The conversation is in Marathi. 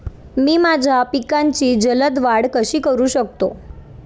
मी माझ्या पिकांची जलद वाढ कशी करू शकतो?